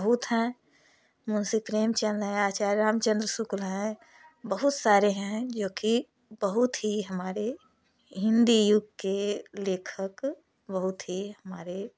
बहुत हैं मुंशी प्रेमचंद हैं आचार्य रामचंद्र शुक्ल हैं बहुत सारे हैं जो कि बहुत ही हमारे हिंदी युग के लेखक बहुत ही हमारे